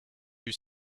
you